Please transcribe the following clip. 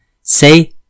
Say